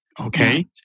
Okay